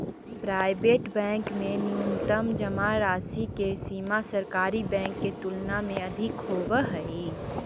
private bank में न्यूनतम जमा राशि के सीमा सरकारी बैंक के तुलना में अधिक होवऽ हइ